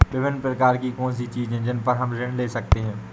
विभिन्न प्रकार की कौन सी चीजें हैं जिन पर हम ऋण ले सकते हैं?